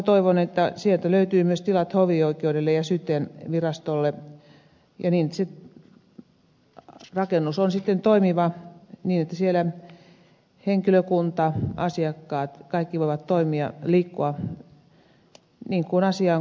toivon että tästä talosta löytyy myös tilat hovioikeudelle ja syyttäjänvirastolle niin että se rakennus on sitten toimiva niin että siellä henkilökunta asiakkaat kaikki voivat toimia liikkua niin kuin asiaan kuuluu